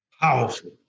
Powerful